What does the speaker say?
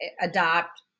adopt